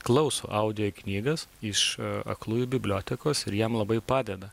klauso audio knygas iš aklųjų bibliotekos ir jam labai padeda